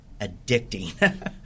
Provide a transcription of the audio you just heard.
addicting